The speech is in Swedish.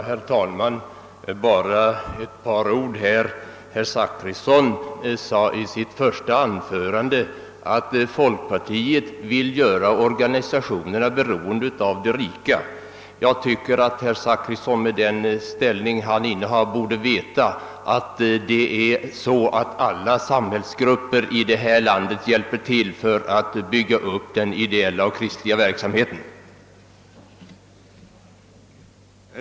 Herr talman! Bara ett par ord! Herr Zachrisson sade i sitt första anförande, att folkpartiet vill göra organisationerna »beroende av de rika». Jag tycker nog att herr Zachrisson med den ställning han innehar borde veta, att människor ur alla samhällsgrupper i detta land hjälper till att bygga upp den ideella och kristliga verksamheten, som skulle få effektiv hjälp genom folkpartiets förslag, om avdragsrätt för gåvan genomföres.